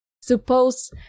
Suppose